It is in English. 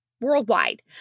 worldwide